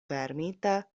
fermita